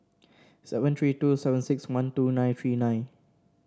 seven three two seven six one two nine three nine